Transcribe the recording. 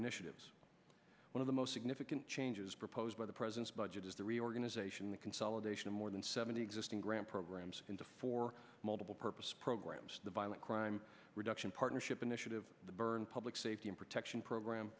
initiatives one of the most significant changes proposed by the president's budget is the reorganization the consolidation of more than seventy exist grant programs into for multiple purpose programs the violent crime reduction partnership initiative the byrne public safety and protection program